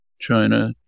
China